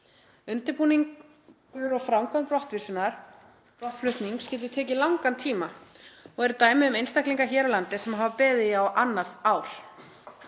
Undirbúningur og framkvæmd brottflutnings getur tekið langan tíma og eru dæmi um einstaklinga hér á landi sem hafa beðið á annað ár.